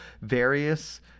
various